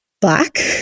black